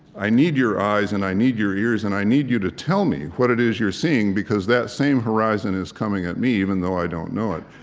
i need your eyes, and i need your ears, and i need you to tell me what it is you're seeing because that same horizon is coming at me, even though i don't know it.